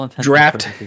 Draft